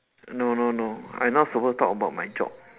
no no no I not supposed to talk about my job